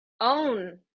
own